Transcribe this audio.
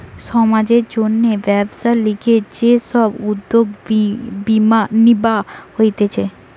সমাজের জন্যে ব্যবসার লিগে যে সব উদ্যোগ নিবা হতিছে